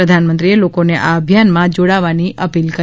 પ્રધાનમંત્રીએ લોકોને આ અભિયાનમાં જોડાવાની અપીલ કરી